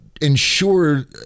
ensure